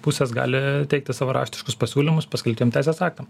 pusės gali teikti savo raštiškus pasiūlymus paskelbtiem teisės aktam